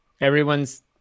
Everyone's